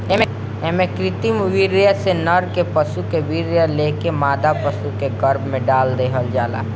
एमे कृत्रिम वीर्य से नर पशु के वीर्य लेके मादा पशु के गर्भ में डाल देहल जाला